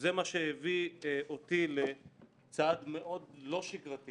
וזה מה שהביא אותי לצעד מאוד לא שגרתי